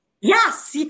Yes